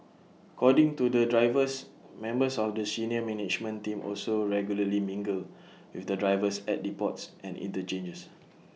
according to the drivers members of the senior management team also regularly mingle with the drivers at depots and interchanges